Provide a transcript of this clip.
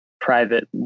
private